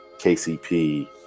KCP